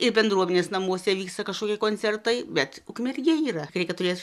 ir bendruomenės namuose vyksta kažkokie koncertai bet ukmergėj yra reikia turėt